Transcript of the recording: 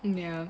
ya